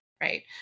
Right